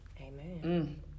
Amen